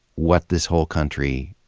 what this whole country